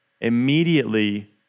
Immediately